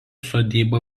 sodyba